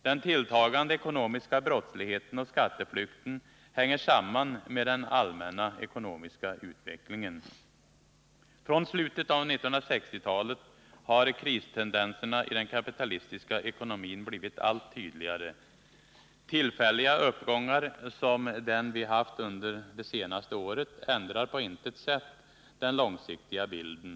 Den tilltagande ekonomiska brottsligheten och skatteflykten hänger samman med den allmänna ekonomiska utvecklingen. Från slutet av 1960-talet har kristendenserna i den kapitalistiska ekonomin blivit allt tydligare. Tillfälliga uppgångar, som den vi haft under det senaste året, ändrar på intet sätt den långsiktiga bilden.